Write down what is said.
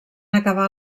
acabar